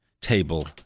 table